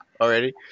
already